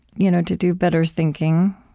you know to do better thinking,